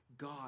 God